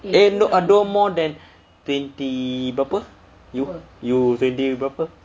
eh don't more than twenty berapa you you twenty berapa